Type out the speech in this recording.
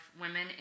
women